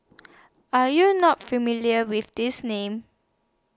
Are YOU not familiar with These Names